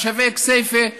תושבי כסייפה,